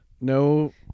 No